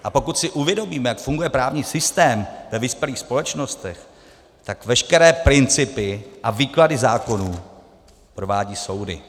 A pokud si uvědomíme, jak funguje právní systém ve vyspělých společnostech, veškeré principy a výklady zákonů provádějí soudy.